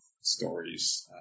stories